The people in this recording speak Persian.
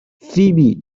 فیبی